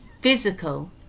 physical